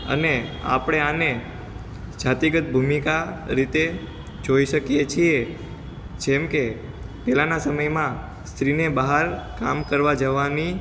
અને આપણે આને જાતિગત ભૂમિકા રીતે જોઈ શકીએ છીએ જેમકે પહેલાના સમયમાં સ્ત્રીને બહાર કામ કરવા જવાની